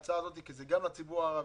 שקלים.